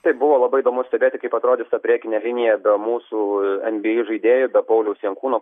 taip buvo labai įdomu stebėti kaip atrodys priekinė linija be mūsų nba žaidėjų be pauliaus jankūno